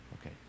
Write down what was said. Okay